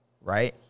right